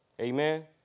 Amen